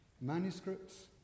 Manuscripts